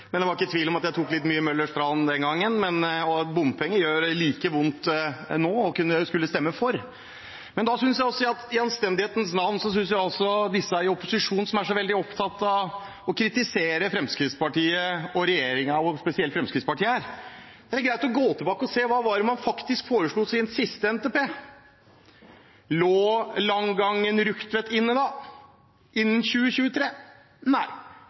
Men jeg synes i anstendighetens navn at disse i opposisjonen som er så veldig opptatt av å kritisere regjeringen og spesielt Fremskrittspartiet, kan gå tilbake og se hva man faktisk har foreslått siden siste NTP. Lå Langangen–Rugtvedt inne da, innen 2023? Nei.